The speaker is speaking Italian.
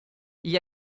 gli